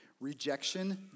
Rejection